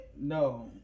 No